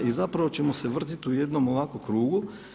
I zapravo ćemo se vratiti u jednom ovako krugu.